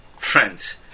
friends